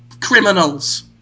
criminals